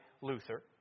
Luther